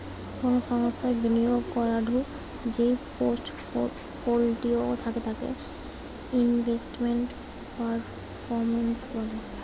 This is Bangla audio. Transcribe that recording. কোনো সংস্থার বিনিয়োগ করাদূঢ় যেই পোর্টফোলিও থাকে তাকে ইনভেস্টমেন্ট পারফরম্যান্স বলে